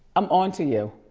i'm on to you.